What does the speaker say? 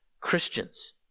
Christians